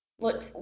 Look